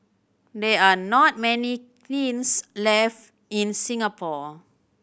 there are not many kilns left in Singapore